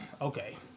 okay